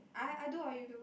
ah i do or you do